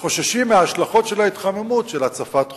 וחוששים מההשלכות של ההתחממות, הצפת חופים,